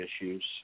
issues